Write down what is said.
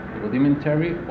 rudimentary